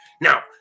now